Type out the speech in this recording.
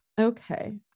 okay